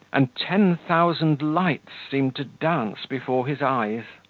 and ten thousand lights seemed to dance before his eyes.